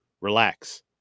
Relax